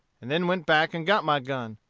and then went back and got my gun.